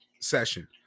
session